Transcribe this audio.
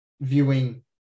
viewing